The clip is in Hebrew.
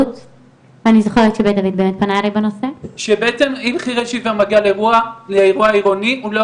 בעצם אם חרש עיוור מגיע לאירוע עירוני הוא לא